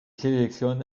sélectionne